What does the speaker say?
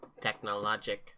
Technologic